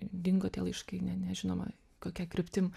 dingo tie laiškai ne nežinoma kokia kryptim